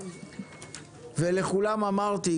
ולכולם אמרתי,